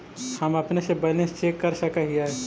हम अपने से बैलेंस चेक कर सक हिए?